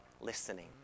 listening